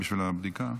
כנסת נכבדה,